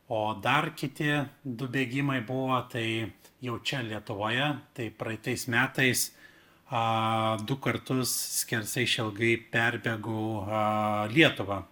o dar kiti du bėgimai buvo tai jau čia lietuvoje tai praeitais metais a du kartus skersai išilgai perbėgau a lietuvą